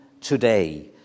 today